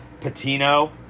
Patino